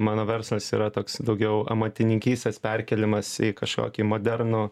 mano verslas yra toks daugiau amatininkystės perkėlimas į kažkokį modernų